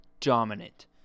dominant